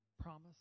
promise